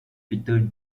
peter